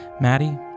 Maddie